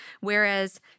Whereas